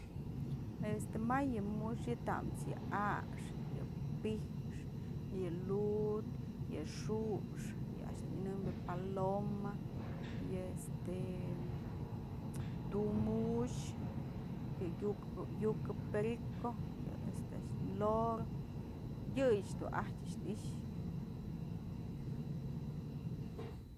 Este may yë mu'uxë xi'i tamës yë a'axë, yë pi'ixë, yë lu'ud, yë xu'ux, yë a'ax dun nyënëmbyë paloma, yë este tu'u mu'uxë, yë yukë-yukë perico, yë este loro, yëyëch dun ajtyë dun i'ixë.